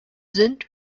sind